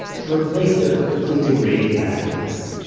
to replace their quickly degrading batteries.